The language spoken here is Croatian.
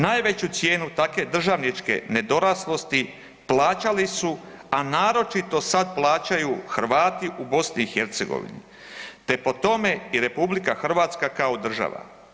Najveću cijenu takve državničke nedoraslosti plaćali su, a naročito sad plaćaju Hrvati u BiH, te po tome i RH kao država.